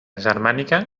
germànica